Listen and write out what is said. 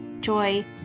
joy